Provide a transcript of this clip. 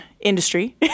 industry